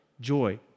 joy